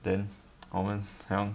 then 我们好像